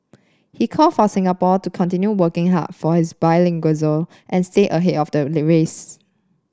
he call for Singapore to continue working hard for its bilingualism and stay ahead of the race